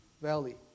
valley